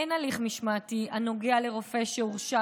אין הליך משמעתי הנוגע לרופא שהורשע